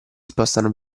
spostano